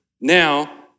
Now